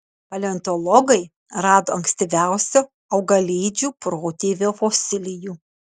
paleontologai rado ankstyviausio augalėdžių protėvio fosilijų